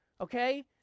okay